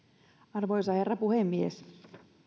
arvoisa herra puhemies